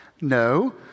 No